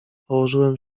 położyłem